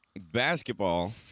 Basketball